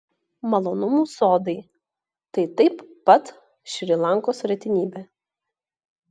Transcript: malonumų sodai tai taip pat šri lankos retenybė